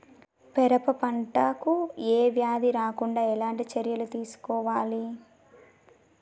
పెరప పంట కు ఏ వ్యాధి రాకుండా ఎలాంటి చర్యలు తీసుకోవాలి?